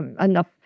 Enough